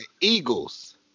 Eagles